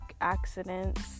accidents